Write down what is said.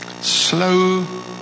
slow